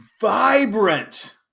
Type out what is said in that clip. vibrant